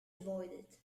avoided